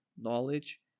knowledge